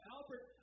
Albert